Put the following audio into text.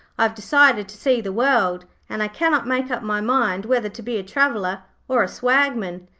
i have decided to see the world, and i cannot make up my mind whether to be a traveller or a swagman.